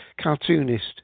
cartoonist